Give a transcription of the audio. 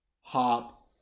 Hop